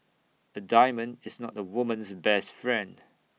A diamond is not A woman's best friend